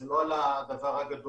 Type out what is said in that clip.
זה לא על הדבר הגדול,